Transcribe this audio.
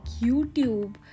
YouTube